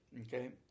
Okay